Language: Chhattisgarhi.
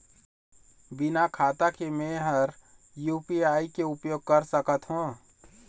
बिना खाता के म हर यू.पी.आई के उपयोग कर सकत हो?